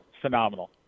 Phenomenal